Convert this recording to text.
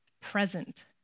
present